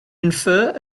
infer